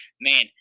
man